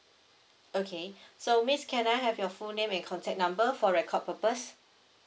okay so miss can I have your full name and contact number for record purpose